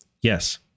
yes